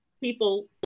People